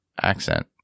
accent